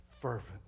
fervently